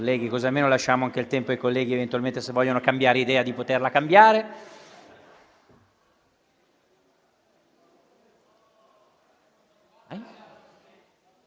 Grazie,